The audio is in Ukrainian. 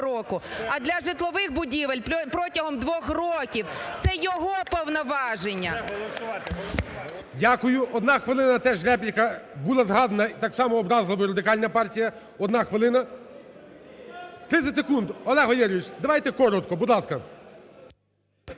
а для житлових будівель – протягом двох років, це його повноваження. ГОЛОВУЮЧИЙ. Дякую. Одна хвилини теж репліка, була згадана так само Радикальна партія. Одна хвилина, 30 секунд, Олег Валерійович, давайте коротко, будь ласка.